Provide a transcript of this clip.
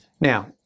Now